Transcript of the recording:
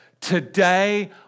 today